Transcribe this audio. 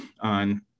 on